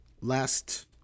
last